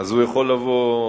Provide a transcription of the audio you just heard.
הוא יכול לבוא.